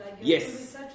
Yes